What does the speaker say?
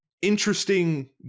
interesting